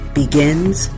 begins